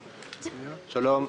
שלום.